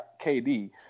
Kd